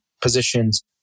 positions